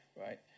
right